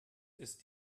ist